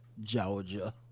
georgia